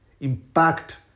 impact